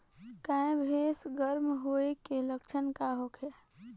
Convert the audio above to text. गाय भैंस गर्म होय के लक्षण का होखे?